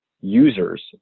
users